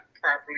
properly